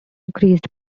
increased